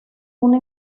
una